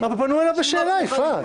מה זה קשור בכלל?